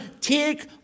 take